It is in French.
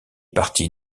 parties